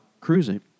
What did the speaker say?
cruising